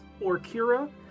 Orkira